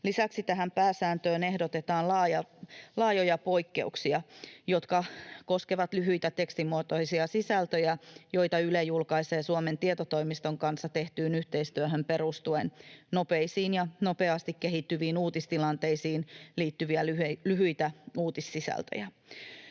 Lisäksi tähän pääsääntöön ehdotetaan laajoja poikkeuksia, jotka koskevat lyhyitä tekstimuotoisia sisältöjä, joita Yle julkaisee Suomen Tietotoimiston kanssa tehtyyn yhteistyöhön perustuen, nopeisiin ja nopeasti kehittyviin uutistilanteisiin liittyviä lyhyitä uutissisältöjä,